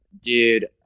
dude